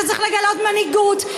אתה צריך לגלות מנהיגות,